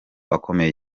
akomeye